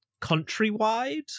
countrywide